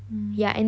mm